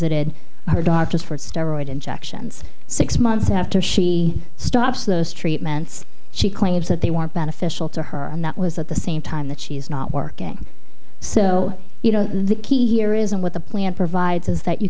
visited her doctors for steroids injections six months after she stops those treatments she claims that they weren't beneficial to her and that was at the same time that she's not working so you know the key here isn't what the plan provides is that you